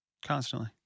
Constantly